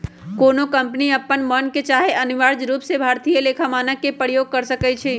कोनो कंपनी अप्पन मन से चाहे अनिवार्य रूप से भारतीय लेखा मानक के प्रयोग कर सकइ छै